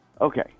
Okay